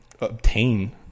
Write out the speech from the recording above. obtain